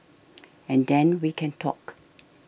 and then we can talk